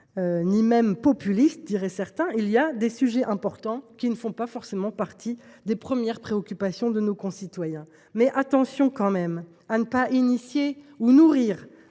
–, il existe des sujets importants qui ne font pas forcément partie des premières préoccupations de nos concitoyens. Attention tout de même à ne pas engager ou nourrir